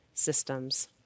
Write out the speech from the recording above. systems